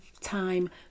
time